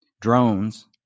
drones